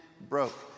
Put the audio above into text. broke